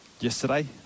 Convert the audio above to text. yesterday